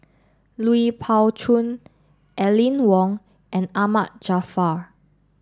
Lui Pao Chuen Aline Wong and Ahmad Jaafar